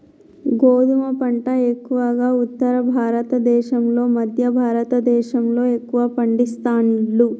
గోధుమ పంట ఎక్కువగా ఉత్తర భారత దేశం లో మధ్య భారత దేశం లో ఎక్కువ పండిస్తాండ్లు